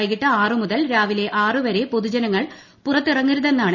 വൈകിട്ട് ആറ് മുതൽ രാവിലെ ആറ് വരെ പൊതുജനങ്ങൾ പുറത്തിറങ്ങരുതെന്നാണ് നിർദ്ദേശം